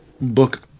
Book